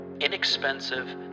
inexpensive